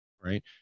right